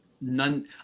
none